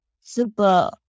super